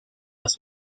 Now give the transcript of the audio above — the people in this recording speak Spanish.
las